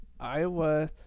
iowa